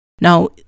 Now